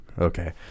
okay